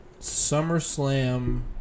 SummerSlam